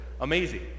amazing